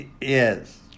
Yes